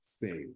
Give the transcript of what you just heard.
fail